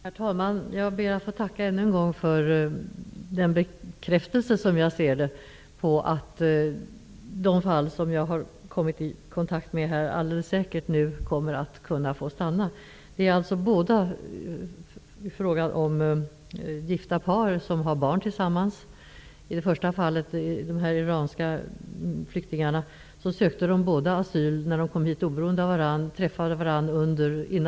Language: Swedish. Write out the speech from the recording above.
Herr talman! Jag ber att få tacka för bekräftelsen, som jag ser det, på att människorna i de fall som jag har kommit i kontakt med alldeles säkert kommer att få stanna i Sverige. I båda fallen är det fråga om människor som är gifta med varandra och har barn tillsammans. Det ena fallet gäller flyktingar från Iran. Både mannen och kvinnan sökte oberoende av varandra asyl i Sverige.